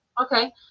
Okay